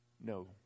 No